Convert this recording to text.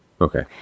Okay